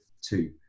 two